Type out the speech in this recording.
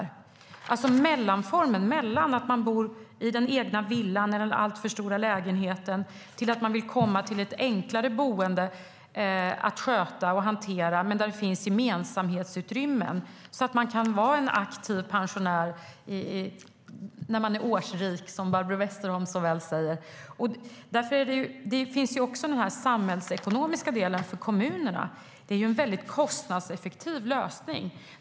Det handlar om mellanformen när man bor i den egna villan eller den alltför stora lägenheten och vill komma till ett boende som är enklare att sköta och hantera och där det finns gemensamhetsutrymmen. Så kan man vara en aktiv pensionär när man är årsrik, som Barbro Westerholm så väl uttrycker det. Det finns också en samhällsekonomisk del för kommunerna. Detta är en kostnadseffektiv lösning.